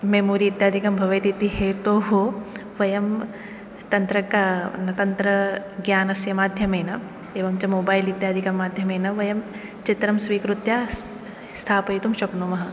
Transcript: memory इत्यादिकं भवेत् इति हेतोः वयं तन्त्र तन्त्रज्ञानस्य माध्यमेन एवञ्च मोबैल् इत्यादिकं माध्यमेन वयं चित्रं स्वीकृत्य स्थापयितुं शक्नुमः